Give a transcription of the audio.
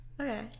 Okay